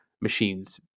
machines